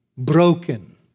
broken